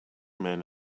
men